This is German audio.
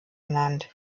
ernannt